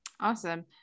Awesome